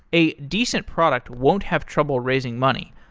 a decent product won't have trouble raising money,